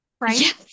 Right